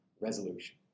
resolution